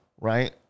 right